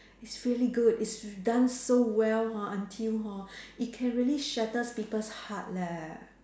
it's really good it's done so well ha until hor it can really shatters people's heart leh